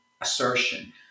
assertion